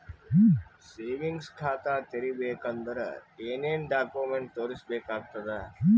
Savings ಖಾತಾ ತೇರಿಬೇಕಂದರ ಏನ್ ಏನ್ಡಾ ಕೊಮೆಂಟ ತೋರಿಸ ಬೇಕಾತದ?